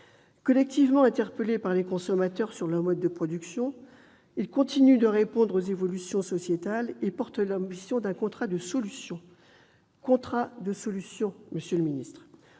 Collectivement interpellés par les consommateurs sur leurs modes de production, ils continuent de répondre aux évolutions sociétales et portent l'ambition d'un « contrat de solutions ». Ce contrat, associant plus d'une